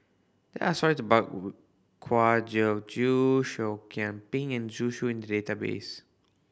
there're stories about Kwa Geok Choo Seah Kian Peng and Zhu Xu in the database